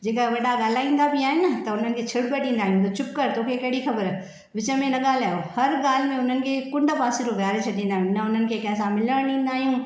जेके वॾा ॻाल्हाईंदा बि आहिनि न त हुननि खे छिड़ब ॾींदा आहियूं चुपकर तोखे कहिड़ी ख़बर विच में न ॻाल्हायो हर ॻाल्हि में हुननि खे कुंड पासीरो विहारे छॾींदा आहियूं न हुननि खे कंहिंसा मिलणु ॾींदा आहियूं